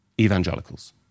evangelicals